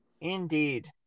Indeed